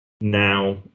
now